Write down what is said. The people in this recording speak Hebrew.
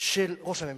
של ראש הממשלה.